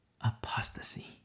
apostasy